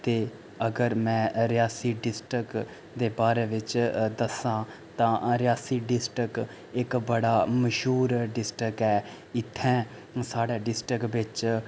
ते अगर में रियासी डिस्ट्रिक्ट दे बारै बिच्च दस्सां तां रियासी डिस्ट्रिक्ट इक बड़ा मशहूर डिस्ट्रिक्ट ऐ इत्थें साढ़ै डिस्ट्रिक्ट बिच्च